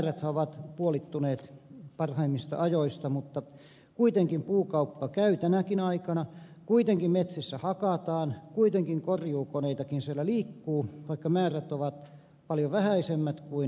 määräthän ovat puolittuneet parhaimmista ajoista mutta kuitenkin puukauppa käy tänäkin aikana kuitenkin metsissä hakataan kuitenkin korjuukoneitakin siellä liikkuu vaikka määrät ovat paljon vähäisemmät kuin normaalisti